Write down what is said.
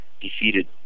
defeated